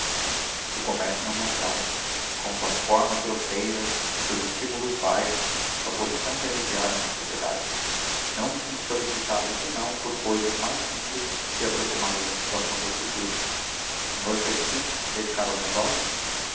o commercio não me attráe com suas formas grosseiras seus estimulos baixos sua posição intermediaria na sociedade não me sinto solicitado sinão por coisas mais simples e approximadas da situação do futuro o senhor persiste em se dedicar aos negócios